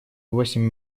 восемь